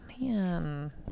man